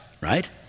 right